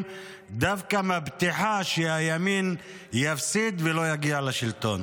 דווקא מבטיחה שהימין יפסיד ולא יגיע לשלטון.